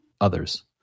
others